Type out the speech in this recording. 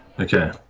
okay